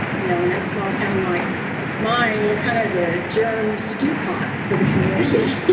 you know, in a small town like mine, we're kind of the germ stewpot for the community.